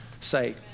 sake